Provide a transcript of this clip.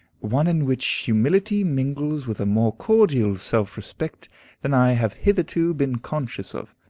one in which humility mingles with a more cordial self-respect than i have hitherto been conscious of.